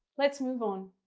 let's move on.